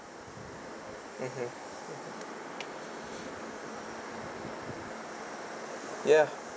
mmhmm ya